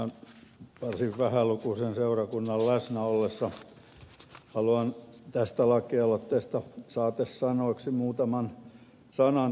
tämän varsin vähälukuisen seurakunnan läsnä ollessa haluan tästä laki aloitteesta saatesanoiksi muutaman sanan todeta